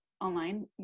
online